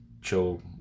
chill